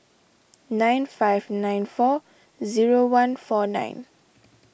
nine five nine four zero one four nine